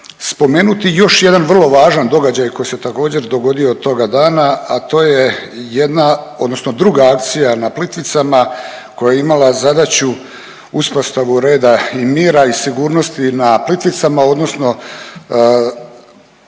spomenuti još jedan vrlo važan događaj koji se također dogodio toga dana, a to je jedna odnosno druga akcija na Plitvicama koja je imala zadaću uspostavu reda i mira i sigurnosti na Plitvicama odnosno